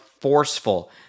forceful